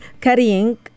Carrying